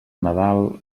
nadal